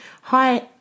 Hi